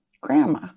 grandma